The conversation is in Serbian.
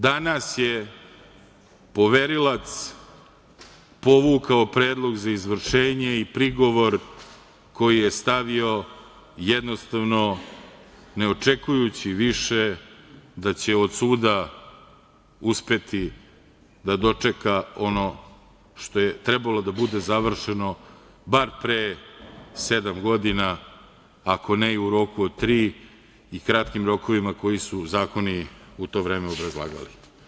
Danas je poverilac povukao predlog za izvršenje i prigovor koji je stavio jednostavno ne očekujući više da će od suda uspeti da dočeka ono što je trebalo da bude završeno bar pre sedam godina, ako ne i u roku od tri i kratkim rokovima koji su zakoni u to vreme obrazlagali.